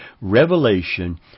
Revelation